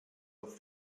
auf